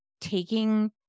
taking